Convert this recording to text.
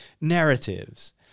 narratives